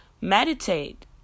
Meditate